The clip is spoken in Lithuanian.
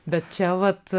bet čia vat